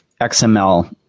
XML